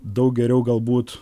daug geriau galbūt